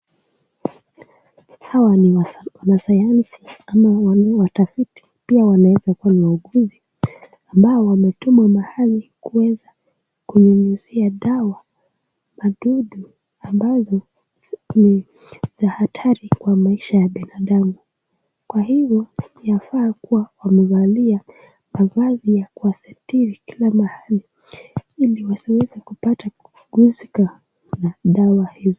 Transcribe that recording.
Hawa ni wanasayansi ama watafiti pia wanaweza kuwa ni wauguzi ambao wametumwa mahali kuweza kunyunyizia dawa madudu ambazo ni hatari kwa maisha ya binadamu ,kwa hivo inafaa kuwa wamevalia mavazi ya kuwasitili kila mahali ili wasiweze kupata kuhusika na dawa hizo.